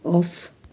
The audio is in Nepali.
ओफ